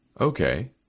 Okay